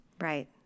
Right